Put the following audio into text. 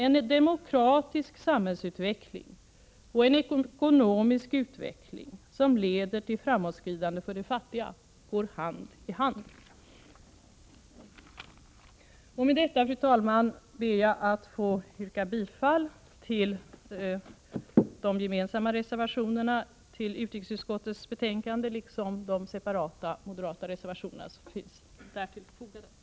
En demokratisk samhällsutveckling och en ekonomisk utveckling som leder till framåtskridande för de fattiga går hand i hand. Fru talman! Med det anförda ber jag att få yrka bifall till de gemensamma borgerliga reservationerna och till de separata moderata motionerna som är fogade till utrikesutskottets betänkande 12.